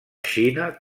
xina